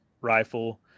rifle